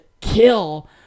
kill